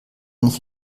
nicht